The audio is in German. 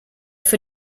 für